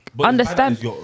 Understand